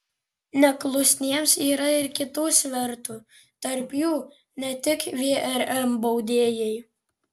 neklusniems yra ir kitų svertų tarp jų ne tik vrm baudėjai